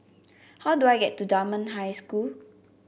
how do I get to Dunman High School